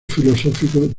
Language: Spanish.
filosófico